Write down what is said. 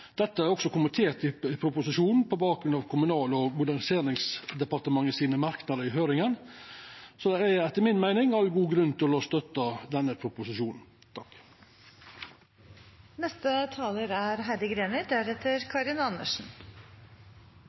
Dette er også kommentert i proposisjonen på bakgrunn av Kommunal- og moderniseringsdepartementets merknadar i høyringa. Så det er etter mi meining all grunn til å støtta denne proposisjonen.